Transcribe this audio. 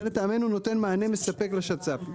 זה, לטעמנו, נותן מענה מספק לשצ"פ.